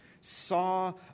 saw